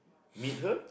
meet her